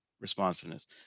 responsiveness